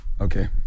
Okay